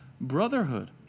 brotherhood